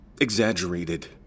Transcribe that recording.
exaggerated